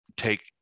Take